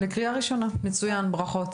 לקריאה ראשונה, מצוין, ברכות.